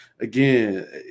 again